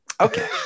okay